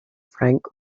frank